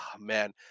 man